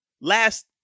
last